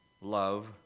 love